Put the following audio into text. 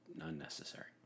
unnecessary